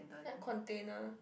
hard container